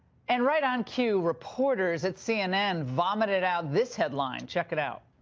and right on cue, reporters at cnn vomited out this headline, check it out.